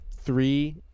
Three